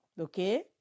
okay